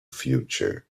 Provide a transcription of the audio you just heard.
future